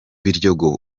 biryogo